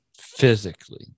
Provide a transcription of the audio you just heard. Physically